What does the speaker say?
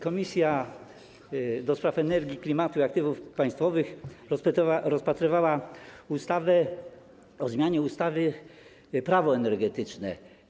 Komisja do Spraw Energii, Klimatu i Aktywów Państwowych rozpatrywała ustawę o zmianie ustawy - Prawo energetyczne.